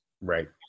Right